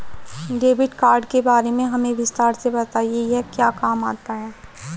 Debit card के बारे में हमें विस्तार से बताएं यह क्या काम आता है?